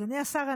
אדוני השר,